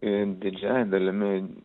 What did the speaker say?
ir didžiąja dalimi